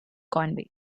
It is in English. conway